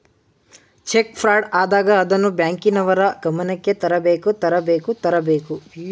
check fraud ಆದಾಗ ಅದನ್ನು ಬ್ಯಾಂಕಿನವರ ಗಮನಕ್ಕೆ ತರಬೇಕು ತರಬೇಕು ತರಬೇಕು